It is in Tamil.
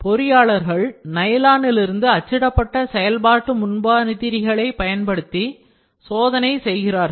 பொறியாளர்கள் நைலானிலிருந்து அச்சிடப்பட்ட செயல்பாட்டு முன்மாதிரிகளைப் பயன்படுத்தி சோதனை செய்கிறார்கள்